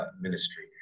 ministry